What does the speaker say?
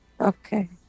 Okay